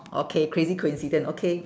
okay crazy coincidence okay